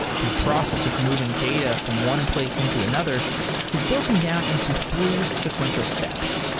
the process of moving data from one place into another is broken down into three sequential steps,